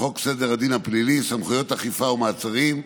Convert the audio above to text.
לחוק סדר הדין הפלילי (סמכויות אכיפה, מעצרים),